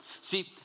See